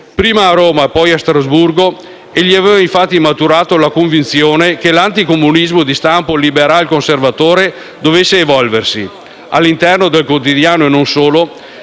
Prima a Roma e poi a Strasburgo, egli aveva infatti maturato la convinzione che l'anticomunismo di stampo liberalconservatore dovesse evolversi, all'interno del quotidiano e non solo,